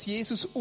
Jesus